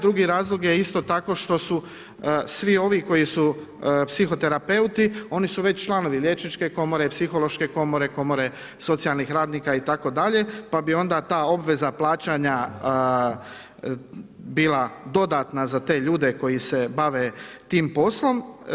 Drugi razlog je isto tako što su svi ovi koji su psihoterapeuti, oni su već članovi liječničke komore, psihološke komore, Komore socijalnih radnika itd., pa bi onda ta obveza plaćanja bila dodatna za te ljude koji se bave tim poslom.